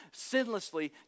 sinlessly